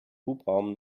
hubraum